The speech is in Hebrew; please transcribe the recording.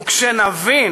וכשנבין